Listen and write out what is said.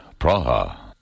Praha